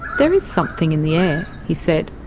there is something in the air he said.